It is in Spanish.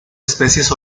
especies